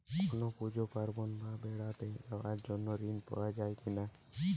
কোনো পুজো পার্বণ বা বেড়াতে যাওয়ার জন্য ঋণ পাওয়া যায় কিনা?